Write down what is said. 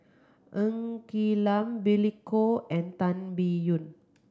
Ng Quee Lam Billy Koh and Tan Biyun